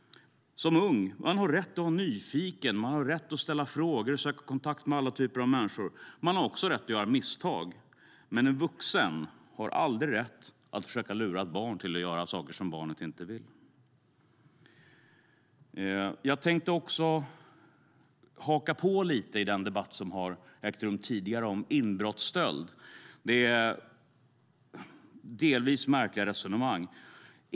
Som ung har man rätt att vara nyfiken och att ställa frågor och söka kontakt med alla typer av människor. Man har också rätt att göra misstag. Men en vuxen har aldrig rätt att försöka lura ett barn att göra saker som barnet inte vill. Jag tänkte också lite grann haka på den debatt som har ägt rum tidigare om inbrottsstöld. Det har delvis varit märkliga resonemang.